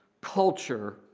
culture